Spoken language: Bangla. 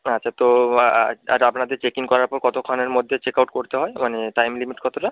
আচ্ছা তো আর আপনাদের চেক ইন করার পর কতক্ষণের মধ্যে চেক আউট করতে হয় মানে টাইম লিমিট কতটা